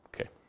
Okay